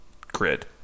grid